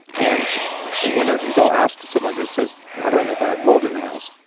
and one of the things i'll ask someone who says, how do i know if i have mold in my house?